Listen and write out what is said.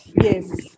Yes